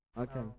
Okay